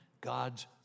God's